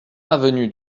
avenue